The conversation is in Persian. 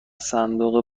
صندوق